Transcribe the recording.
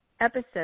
Episode